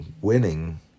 winning